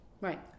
right